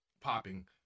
popping